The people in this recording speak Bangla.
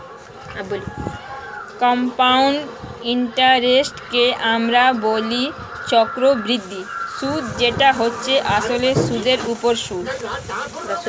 কম্পাউন্ড ইন্টারেস্টকে আমরা বলি চক্রবৃদ্ধি সুদ যেটা হচ্ছে আসলে সুদের উপর সুদ